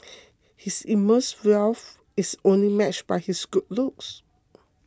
his immense wealth is only matched by his good looks